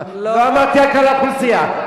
לא אמרתי על כלל האוכלוסייה.